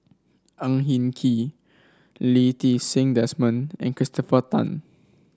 Ang Hin Kee Lee Ti Seng Desmond and Christopher Tan